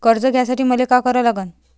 कर्ज घ्यासाठी मले का करा लागन?